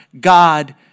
God